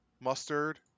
Mustard